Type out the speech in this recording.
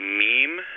meme